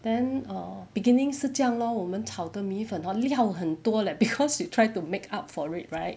then err beginning 是这样 lor 我们炒的米粉 hor 料很多 leh cause you try to make up for it right